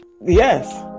yes